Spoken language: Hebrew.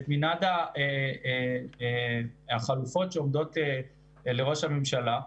מנעד החלופות שעומדות לראש הממשלה.